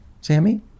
Sammy